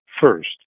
first